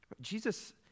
Jesus